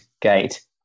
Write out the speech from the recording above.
gate